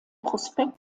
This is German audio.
prospekt